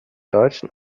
deutschen